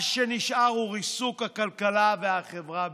מה שנשאר הוא ריסוק הכלכלה והחברה בישראל.